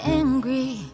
angry